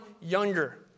younger